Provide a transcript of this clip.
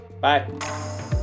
Bye